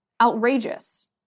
outrageous